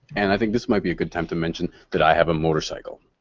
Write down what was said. and i think this might be a good time to mention that i have a motorcycle.